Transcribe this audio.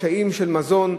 קשיים של מזון,